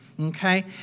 Okay